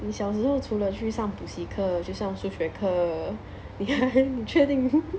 你小时候除了去上补习课去上数学课 你确定